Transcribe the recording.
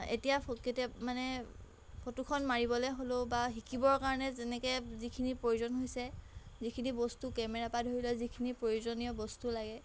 এতিয়া মানে ফটোখন মাৰিবলৈ হ'লেও বা শিকিবৰ কাৰণে যেনেকৈ যিখিনি প্ৰয়োজন হৈছে যিখিনি বস্তু কেমেৰা পৰা ধৰি লওক যিখিনি প্ৰয়োজনীয় বস্তু লাগে